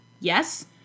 Yes